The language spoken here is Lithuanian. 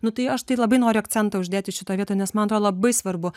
nu tai aš tai labai noriu akcentą uždėti šitoj vietoj nes man atrodo labai svarbu